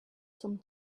some